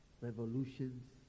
revolutions